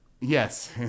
Yes